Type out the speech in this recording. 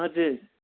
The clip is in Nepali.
हजुर